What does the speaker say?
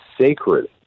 sacred